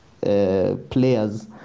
players